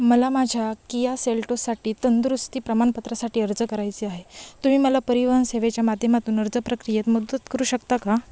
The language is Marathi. मला माझ्या किया सेल्टोससाठी तंदुरुस्ती प्रमाणपत्रासाठी अर्ज करायचे आहे तुम्ही मला परिवहन सेवेच्या माध्यमातून अर्ज प्रक्रियेत मदत करू शकता का